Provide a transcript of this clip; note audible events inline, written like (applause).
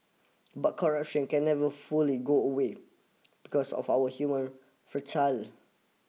but corruption can never fully go away because of our human (unintelligible)